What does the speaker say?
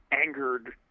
angered